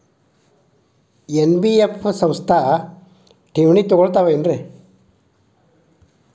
NBF ಸಂಸ್ಥಾ ಠೇವಣಿ ತಗೋಳ್ತಾವಾ?